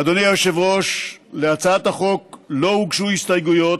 אדוני היושב-ראש, להצעת החוק לא הוגשו הסתייגויות.